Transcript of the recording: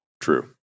True